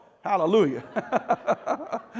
Hallelujah